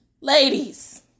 ladies